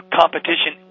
competition